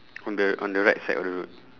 on the on the right side of the road